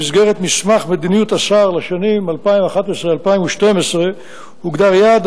במסגרת מסמך מדיניות השר לשנים 2012-2011 הוגדר יעד